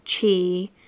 Chi